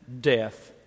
death